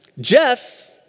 Jeff